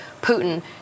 Putin